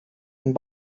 and